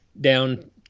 down